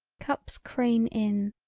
cups crane in.